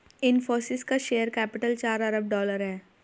इनफ़ोसिस का share capital चार अरब डॉलर है